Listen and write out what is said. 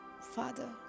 father